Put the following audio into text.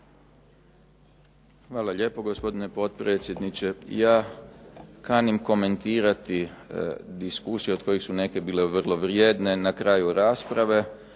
Hvala lijepo, gospodine potpredsjedniče. Ja kanim komentirati diskusije od kojih su neke bile vrlo vrijedne na kraju rasprave